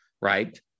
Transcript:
right